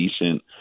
decent